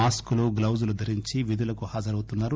మాస్క్లు గ్లొజులు ధరించి విధులకు హాజరవుతున్నారు